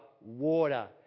water